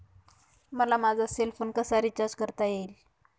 मला माझा cell phone कसा रिचार्ज करता येईल?